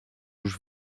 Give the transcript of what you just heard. już